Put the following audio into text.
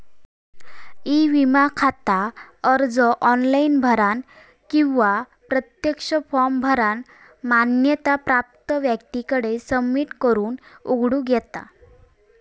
E विमा खाता अर्ज ऑनलाइन भरानं किंवा प्रत्यक्ष फॉर्म भरानं मान्यता प्राप्त व्यक्तीकडे सबमिट करून उघडूक येता